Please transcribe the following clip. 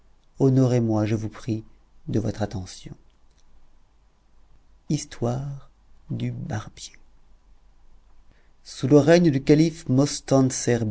honorez moi je vous prie de votre attention histoire du barbier sous le règne du calife